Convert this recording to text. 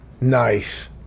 nice